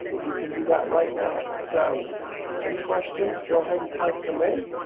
we can do that right now. so any questions go ahead and type them in.